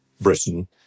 Britain